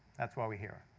that's why we're here.